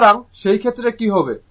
সুতরাং সেক্ষেত্রে কী হবে